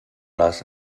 les